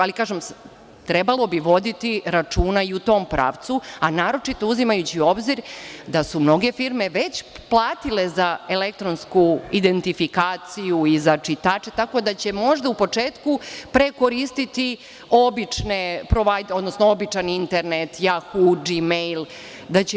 Samo kažem da bi trebalo voditi računa i u tom pravcu, a naročito uzimajući u obzir da su mnoge firme već platile za elektronsku identifikaciju i za čitače, tako da će možda u početku pre koristiti običan internet, jahudži, mejl.